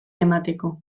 emateko